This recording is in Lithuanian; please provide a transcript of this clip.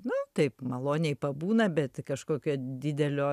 nu taip maloniai pabūna bet kažkokio didelio